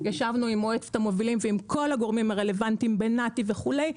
ישבנו עם מועצת המובילים ועם כל הגורמים הרלוונטיים בנתיבי ישראל וכולי.